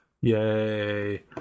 Yay